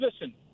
listen